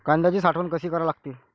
कांद्याची साठवन कसी करा लागते?